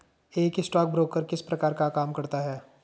एक स्टॉकब्रोकर किस प्रकार का काम करता है?